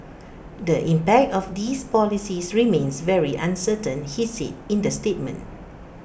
the impact of these policies remains very uncertain he said in the statement